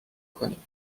کنید